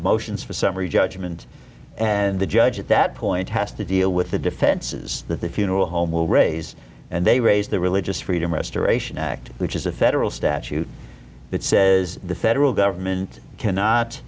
motions for summary judgment and the judge at that point has to deal with the defenses that the funeral home will raise and they raised the religious freedom restoration act which is a federal statute that says the federal government cannot